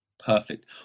Perfect